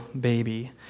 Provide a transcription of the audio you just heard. baby